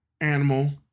animal